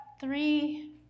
three